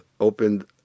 opened